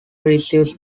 receives